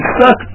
suck